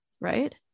right